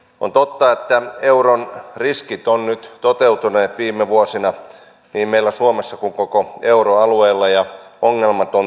on totta että euron riskit ovat nyt toteutuneet viime vuosina niin meillä suomessa kuin myös koko euroalueella ja ongelmat on tunnistettava